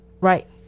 right